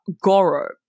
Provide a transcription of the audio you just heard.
goro